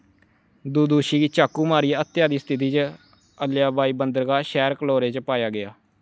दुदुशी गी चाकू मारियै हत्या दी स्थिति च अल्बानियाई बंदरगाह् शैह्र व्लोरे च पाया गेआ